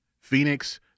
Phoenix